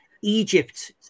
Egypt